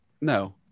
no